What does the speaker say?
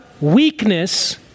weakness